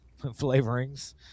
flavorings